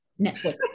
Netflix